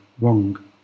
wrong